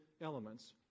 elements